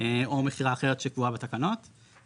או מכירה אחרת שקבועה בתקנות.